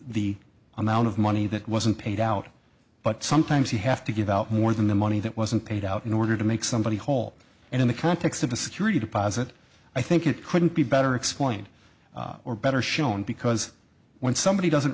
the amount of money that wasn't paid out but sometimes you have to give out more than the money that wasn't paid out in order to make somebody whole and in the context of a security deposit i think it couldn't be better explained or better shown because when somebody doesn't